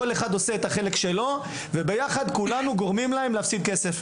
כל אחד עושה את החלק שלו וביחד כולנו גורמים להם להפסיד כסף.